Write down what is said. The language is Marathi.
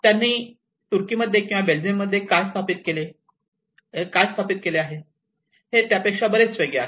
त्यांनी तुर्कीमध्ये किंवा बेल्जियममध्ये काय स्थापित केले आहे त्यापेक्षा बरेच वेगळे आहे